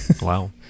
Wow